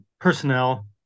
personnel